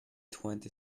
twenty